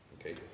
Okay